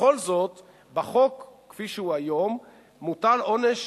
בכל זאת בחוק כפי שהוא היום מוטל עונש